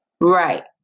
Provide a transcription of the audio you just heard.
Right